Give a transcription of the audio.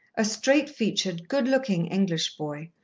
a straight-featured, good-looking english boy,